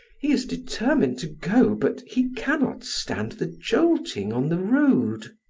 he is determined to go, but he cannot stand the jolting on the road.